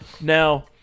Now